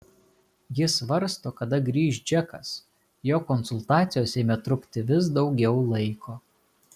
ji svarsto kada grįš džekas jo konsultacijos ėmė trukti vis daugiau laiko